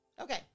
Okay